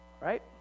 Right